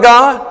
God